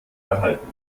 erhalten